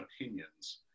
opinions